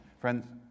Friends